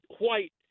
white